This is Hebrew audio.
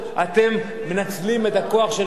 אתם מנצלים את הכוח של הרוב.